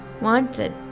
wanted